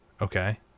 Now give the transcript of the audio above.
Okay